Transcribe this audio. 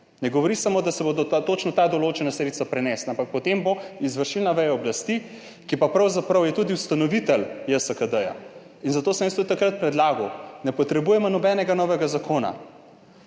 Ne govori samo o tem, da se bodo točno ta določena sredstva prenesla, ampak potem bo izvršilna veja oblasti, ki pa je pravzaprav tudi ustanovitelj JSKD. Zato sem jaz tudi takrat predlagal, ne potrebujemo nobenega novega zakona,